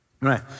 right